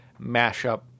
mashup